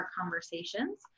Conversations